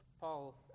Paul